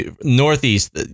Northeast